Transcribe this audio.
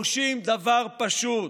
הדורשים דבר פשוט: